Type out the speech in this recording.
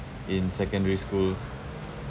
in secondary school